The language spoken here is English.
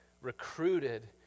recruited